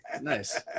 Nice